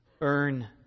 earn